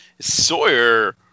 Sawyer